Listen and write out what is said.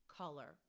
color